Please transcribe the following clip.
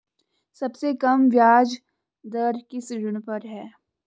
सबसे कम ब्याज दर किस ऋण पर है?